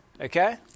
Okay